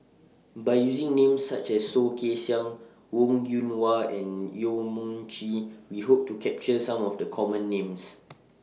By using Names such as Soh Kay Siang Wong Yoon Wah and Yong Mun Chee We Hope to capture Some of The Common Names